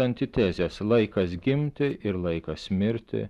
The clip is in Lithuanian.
antitezės laikas gimti ir laikas mirti